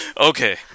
Okay